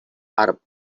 arab